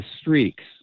streaks